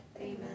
amen